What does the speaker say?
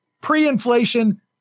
pre-inflation